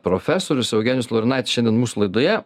profesorius eugenijus laurinaitis šiandien mūsų laidoje